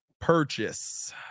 purchase